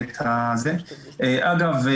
אגב,